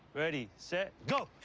ready, set, go.